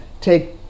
take